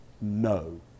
No